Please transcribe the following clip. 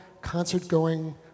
concert-going